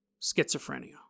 schizophrenia